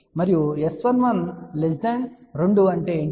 మరియు S11 2 అంటే ఏమిటి